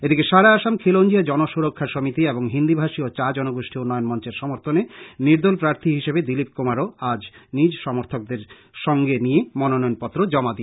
এদিকে সারা অসম খিলঞ্জীয়া জনসুরক্ষা সমিতি এবং হিন্দীভাষী ও চা জনগোষ্টী উন্নয়ন মঞ্চের সর্মথনে নির্দল প্রার্থী হিসেবে দিলীপ কুমারও আজ নিজ সর্মথকদের সঙ্গে নিয়ে মনোনয়ন পত্র জমা দিয়েছেন